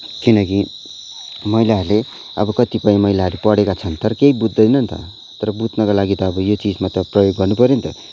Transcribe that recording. किनकि महिलाहरूले अब कतिपय महिलाहरू पढे्का छन् तर केही बुझ्दैनन् त तर बुझ्नको लागि यो चिजमा त प्रयोग गर्नु पऱ्यो नि त